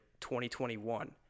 2021